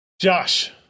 Josh